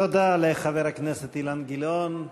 תודה לחבר הכנסת אילן גילאון.